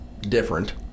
different